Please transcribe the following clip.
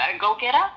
go-getter